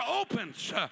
opens